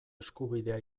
eskubidea